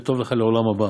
'וטוב לך' לעולם הבא.